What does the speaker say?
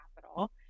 capital